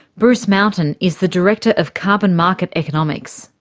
bruce mountain is the director of carbon market economics.